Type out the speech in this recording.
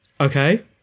Okay